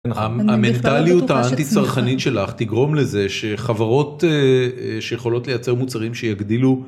המנטליות האנטי-צרכנית שלך תגרום לזה שחברות שיכולות לייצר מוצרים שיגדילו